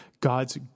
God's